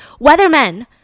Weathermen